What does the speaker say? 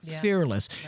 fearless